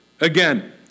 Again